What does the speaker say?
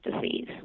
disease